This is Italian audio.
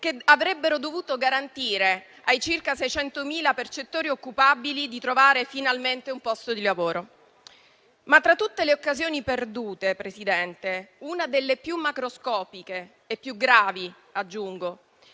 che avrebbero dovuto garantire ai circa 600.000 percettori occupabili di trovare finalmente un posto di lavoro. Tra tutte le occasioni perdute, una delle più macroscopiche e - aggiungo